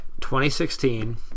2016